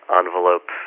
envelope